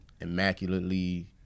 immaculately